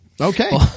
Okay